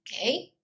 okay